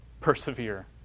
persevere